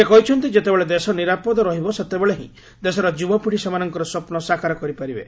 ସେ କହିଛନ୍ତି ଯେତେବେଳେ ଦେଶ ନିରାପଦ ରହିବ ସେତେବେଳେ ହିଁ ଦେଶର ଯୁବପିଢ଼ି ସେମାନଙ୍କର ସ୍ୱପ୍ନ ସାକାର କରିପାରିବେ